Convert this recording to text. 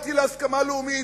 הגעתי להסכמה לאומית.